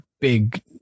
big